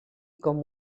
com